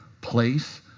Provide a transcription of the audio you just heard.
place